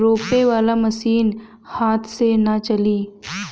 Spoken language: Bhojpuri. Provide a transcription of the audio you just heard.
रोपे वाला मशीन हाथ से ना चली